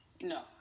No